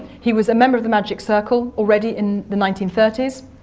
he was a member of the magic circle already in the nineteen thirty s.